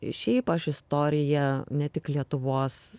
šiaip aš istorija ne tik lietuvos